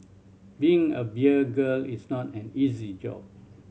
being a beer girl is not an easy job